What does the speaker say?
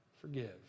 Forgive